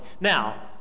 Now